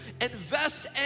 invest